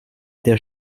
der